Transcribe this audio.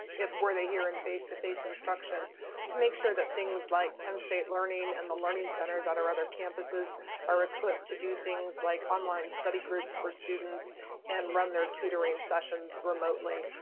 where they here in face-to-face instruction to make sure that things like penn state learning and the learning centers at our other campuses are equipped to do things like online study groups for students and run their tutoring sessions remotely.